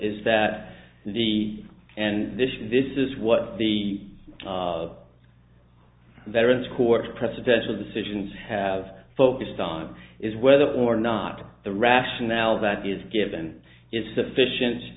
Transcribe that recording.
is that the and this is this is what the veterans courts presidential decisions have focused on is whether or not the rationale that is given is sufficient